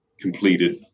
completed